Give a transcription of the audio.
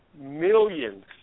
millions